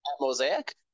Mosaic